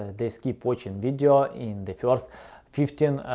they skip watching video in the first fifteen,